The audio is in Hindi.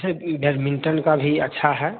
बैडमिंटन का भी का अच्छा है